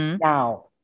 Now